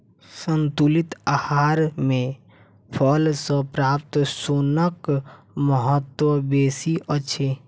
संतुलित आहार मे फल सॅ प्राप्त सोनक महत्व बेसी अछि